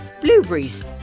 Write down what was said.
blueberries